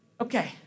Okay